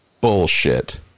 bullshit